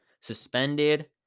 suspended